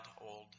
old